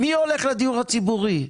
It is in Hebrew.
מי הולך לדיור הציבורי?